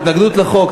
התנגדות לחוק.